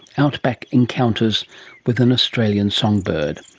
outback encounters with an australian songbird.